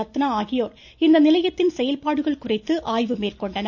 ரத்னா ஆகியோர் இந்நிலையத்தின் செயல்பாடுகள் குறித்து ஆய்வு மேற்கொண்டனர்